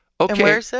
okay